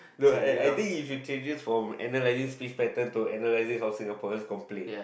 no I I think you should changes from analyzing speech pattern to analyzing how Singaporeans complain